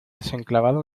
desenclavada